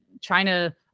China